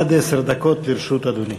עד עשר דקות לרשות אדוני,